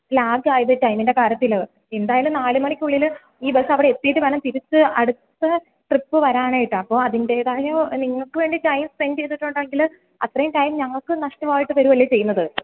ലാഗായത് ടൈമിൻ്റെ കാര്യത്തിൽ എന്തായാലും നാല് മണിക്കുള്ളിൽ ഈ ബസ്സവിടെ എത്തിയിട്ടു വേണം തിരിച്ച് അടുത്ത ട്രിപ്പ് വരാനായിട്ട് അപ്പോൾ അതിൻ്റേതായ നിങ്ങൾക്കു വേണ്ടി ടൈം സ്പെൻ്റ് ചെയ്തിട്ടുണ്ടെങ്കിൽ അത്രയും ടൈം ഞങ്ങൾക്ക് നഷ്ടമായിട്ട് വരികയല്ലേ ചെയ്യുന്നത്